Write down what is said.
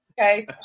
Okay